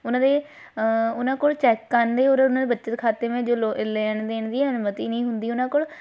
ਉਹਨਾਂ ਦੀ ਉਹਨਾਂ ਕੋਲ ਚੈੱਕ ਕਰਨ ਦੇ ਬੱਚਤ ਖਾਤੇ ਮੇ ਜੋ ਲੋ ਲੈਣ ਦੇਣ ਦੀ ਅਨੁਮਤੀ ਨਹੀਂ ਹੁੰਦੀ ਉਹਨਾਂ ਕੋਲ